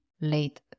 late